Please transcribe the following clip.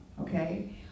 okay